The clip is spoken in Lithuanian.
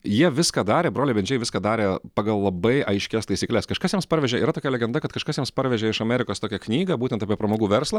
jie viską darė broliai bendžiai viską darė pagal labai aiškias taisykles kažkas jiems parvežė yra tokia legenda kad kažkas jiems parvežė iš amerikos tokią knygą būtent apie pramogų verslą